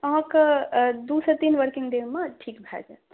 अहाँके दू से तीन वर्किंग डेमे ठीक भऽ जायत